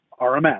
RMS